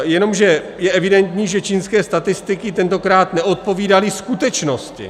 Jenomže je evidentní, že čínské statistiky tentokrát neodpovídaly skutečnosti.